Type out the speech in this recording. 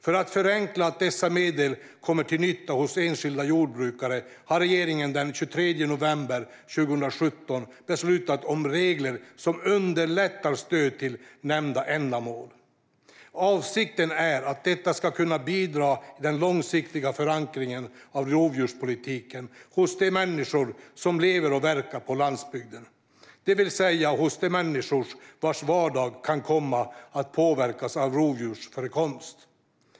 För att förenkla att dessa medel kommer till nytta hos enskilda jordbrukare beslutade regeringen den 23 november 2017 om regler som underlättar stöd till nämnda ändamål. Avsikten är att detta ska kunna bidra till den långsiktiga förankringen av rovdjurspolitiken hos de människor som lever och verkar på landsbygden, det vill säga hos de människor vars vardag kan komma att påverkas av rovdjursförekomst.